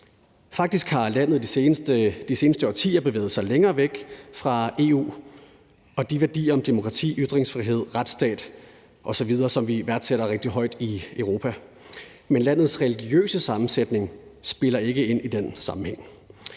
Faktisk har landet de seneste årtier bevæget sig længere væk fra EU og de værdier om demokrati, ytringsfrihed, retsstat osv., som vi værdsætter rigtig højt i Europa. Men landets religiøse sammensætning spiller ikke ind i den sammenhæng.